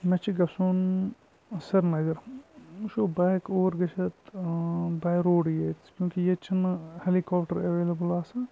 مےٚ چھُ گَژھُن سِرینَگر وٕچھو بہٕ ہیٚکہٕ اور گٔژھِتھ باے روڈٕے ییٚتہِ چوٗنٛکہِ ییٚتہِ چھنہٕ ہیٚلِیکاپٹَر ایویلیبٕل آسان